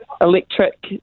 electric